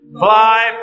fly